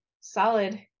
solid